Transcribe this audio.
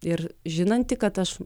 ir žinanti kad aš